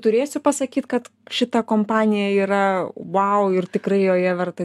turėsiu pasakyt kad šita kompanija yra vau ir tikrai joje verta